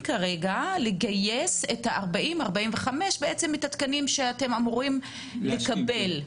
לגיוס 40-45 התקנים שאתם אמורים לקבל?